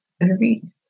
intervene